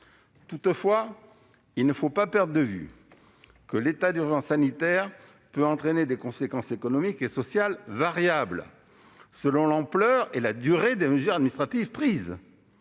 Toutefois, il ne faut pas perdre de vue que l'état d'urgence sanitaire peut entraîner des conséquences économiques et sociales variables selon l'ampleur et la durée des mesures administratives prises.